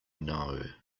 know